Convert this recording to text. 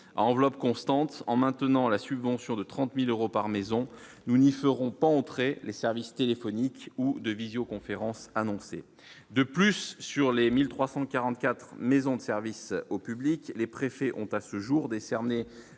enveloppe constante en maintenant la subvention de 30000 euros par maison, nous n'y feront pas entrer les services téléphoniques ou de visioconférence annoncée de plus sur les 1344 maisons de service au public, les préfets ont à ce jour décerner